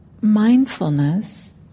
mindfulness